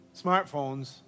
smartphones